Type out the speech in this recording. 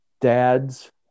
dads